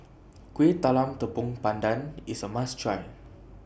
Kuih Talam Tepong Pandan IS A must Try